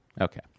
okay